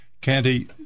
Candy